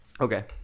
Okay